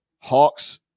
Hawks